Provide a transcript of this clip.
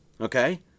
Okay